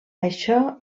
això